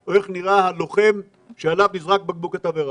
או איך נראה הלוחם שעליו נזרק בקבוק התבערה.